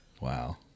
Wow